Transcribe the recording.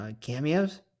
cameos